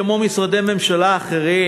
כמו משרדי ממשלה אחרים,